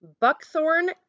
buckthorn